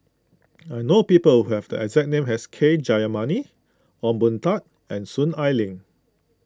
I know people who have the exact name as K Jayamani Ong Boon Tat and Soon Ai Ling